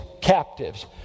captives